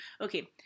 Okay